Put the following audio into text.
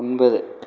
ஒன்பது